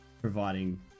providing